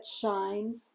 shines